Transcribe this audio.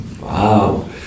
Wow